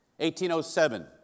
1807